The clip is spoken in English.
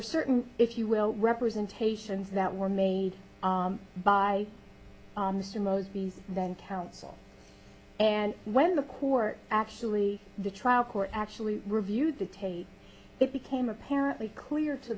were certain if you will representations that were made by mr moseby than counsel and when the court actually the trial court actually reviewed the tape it became apparently clear to